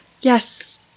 Yes